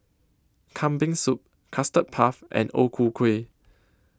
Kambing Soup Custard Puff and O Ku Kueh